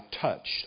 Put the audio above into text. touched